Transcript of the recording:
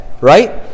right